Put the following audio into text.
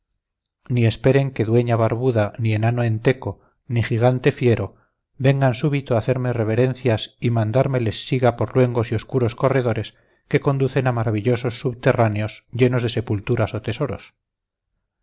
ni esperen que dueña barbuda ni enano enteco ni gigante fiero vengan súbito a hacerme reverencias y mandarme les siga por luengos y oscuros corredores que conducen a maravillosos subterráneos llenos de sepulturas o tesoros